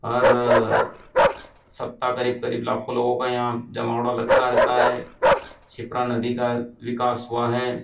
हर सप्ताह करीब करीब लाखों लोगों का यहाँ जमावड़ा लगता रहता है शिप्रा नदी का विकास हुआ है